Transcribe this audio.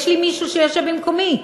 יש מישהו שיושב במקומי.